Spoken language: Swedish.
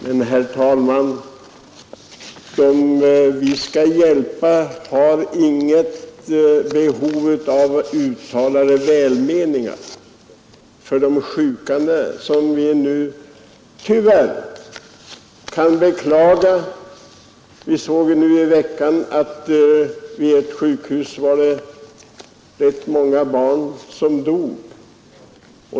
Men, herr talman, den vi skall hjälpa har inget behov av uttalade välmeningar. Vi kan bara beklaga de sjuka. Vi såg vad som hände i veckan. Vid ett sjukhus var det rätt många barn som dog.